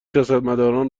سیاستمداران